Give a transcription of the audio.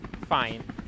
fine